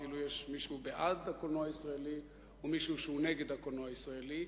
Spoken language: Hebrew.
כאילו יש מישהו בעד הקולנוע הישראלי ומישהו שהוא נגד הקולנוע הישראלי,